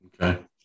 Okay